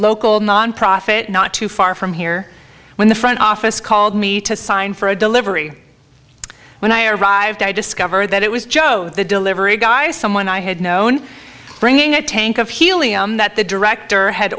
local nonprofit not too far from here when the front office called me to sign for a delivery when i arrived i discovered that it was joe the delivery guy someone i had known bringing a tank of helium that the director had